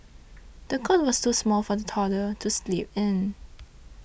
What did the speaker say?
the cot was too small for the toddler to sleep in